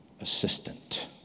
assistant